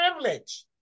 privilege